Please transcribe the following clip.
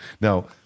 Now